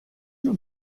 non